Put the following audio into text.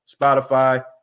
Spotify